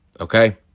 Okay